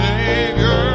Savior